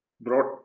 brought